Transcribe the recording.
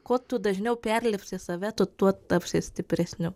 kuo tu dažniau perlipsi save tu tuo tapsi stipresniu